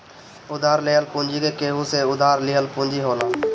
उधार लेहल पूंजी केहू से उधार लिहल पूंजी होला